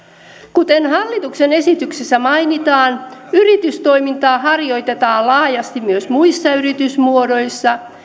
kuten hallituksen esityksessä mainitaan yritystoimintaa harjoitetaan laajasti myös muissa yritysmuodoissa